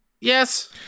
Yes